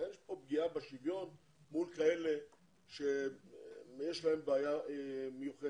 אין פה פגיעה בשוויון מול כאלה שיש להם בעיה מיוחדת.